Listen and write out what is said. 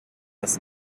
this